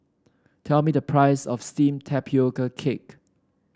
tell me the price of steamed Tapioca Cake